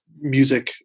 Music